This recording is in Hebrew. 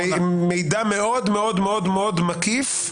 מידע מאוד מאוד מאוד מאוד מקיף,